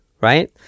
right